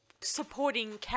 supporting